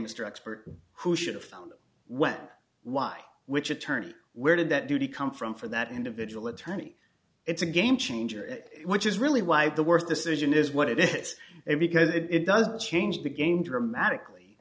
mr expert who should have found out when why which attorney where did that duty come from for that individual attorney it's a game changer and which is really why the worst decision is what it is and because it doesn't change the game dramatically